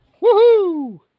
Woohoo